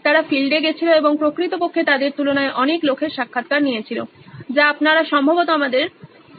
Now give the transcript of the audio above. তারা ফিল্ডে গেছিলো এবং প্রকৃতপক্ষে তাদের তুলনায় অনেক লোকের সাক্ষাৎকার নিয়েছিল যা আপনারা সম্ভবত আমাদের স্নিপেটে দেখেছো